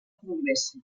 progressa